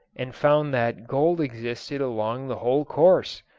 and found that gold existed along the whole course,